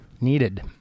needed